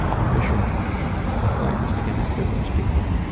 our mission in life is to connect to those people